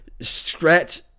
stretch